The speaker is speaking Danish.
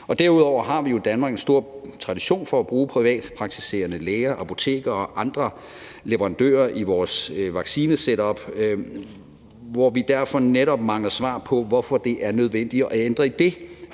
Derudover har vi jo i Danmark en stor tradition for at bruge privatpraktiserende læger, apoteker og andre leverandører i vores vaccinesetup, hvorfor vi derfor netop mangler et svar på, hvorfor det er nødvendigt at ændre i det,